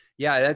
yeah.